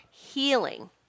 healing